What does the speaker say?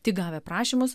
tik gavę prašymus